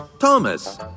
Thomas